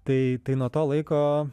tai tai nuo to laiko